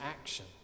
action